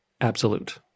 absolute